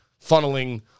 funneling